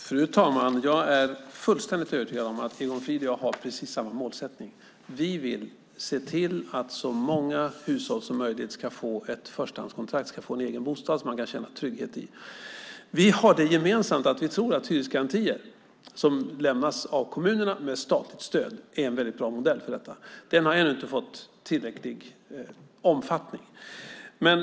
Fru talman! Jag är fullständigt övertygad om att Egon Frid och jag har samma målsättning. Vi vill se till att så många hushåll som möjligt får ett förstahandskontrakt och en egen bostad som man kan känna trygghet i. Vi har det gemensamt att vi tror att hyresgarantier som lämnas av kommunerna med statligt stöd är en bra modell. Den har ännu inte fått tillräcklig omfattning.